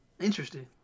interesting